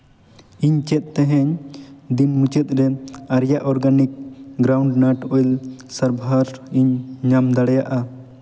ᱤᱧ ᱪᱮᱫ ᱛᱮᱦᱤᱧ ᱫᱤᱱ ᱢᱩᱪᱟᱹᱫ ᱨᱮ ᱟᱨᱭᱟ ᱚᱨᱜᱟᱱᱤᱠ ᱜᱨᱟᱣᱩᱱᱰᱼᱱᱟᱴ ᱳᱭᱮᱞ ᱥᱟᱨᱵᱷᱟᱨ ᱤᱧ ᱧᱟᱢ ᱫᱟᱲᱮᱭᱟᱜᱼᱟ